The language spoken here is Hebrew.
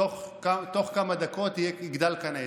תוך כמה דקות יגדל כאן עץ.